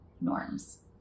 norms